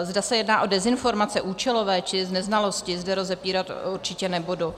Zda se jedná o dezinformace účelové, či z neznalosti, zde rozebírat určitě nebudu.